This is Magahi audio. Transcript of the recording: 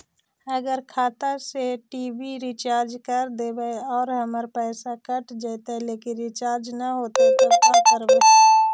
अगर खाता से टी.वी रिचार्ज कर देबै और हमर पैसा कट जितै लेकिन रिचार्ज न होतै तब का करबइ?